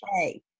okay